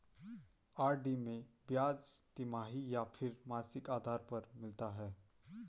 RD में ब्याज तिमाही या फिर मासिक आधार पर मिलता है?